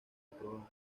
aprobadas